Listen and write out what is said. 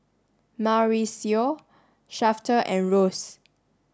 Mauricio Shafter and Rose